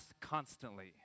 constantly